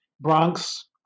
Bronx